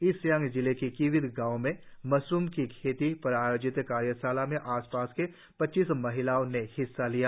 east Siang जिले के कियित गांव में मशरुम की खेती पर आयोजित कार्यशाला में आसपास की पच्चीस महिलाओं ने हिस्सा लिया